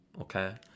Okay